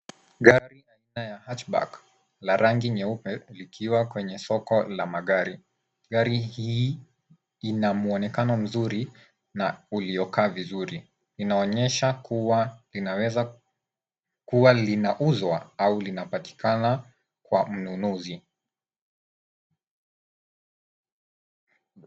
Gari aina ya Hatchback la rangi nyeupe likiwa kwenye soko la magari. Gari hii ina muonekano mzuri na uliokaa vizuri. Inaonyesha kuwa linaweza kuwa linauzwa au linapatikana kwa mnunuzi.